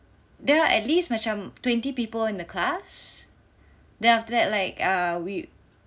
there were at least macam twenty people in the class then after that like err we